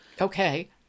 Okay